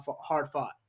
hard-fought